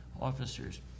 officers